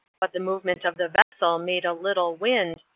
but the movement of the vessel made a little wind,